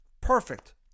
Perfect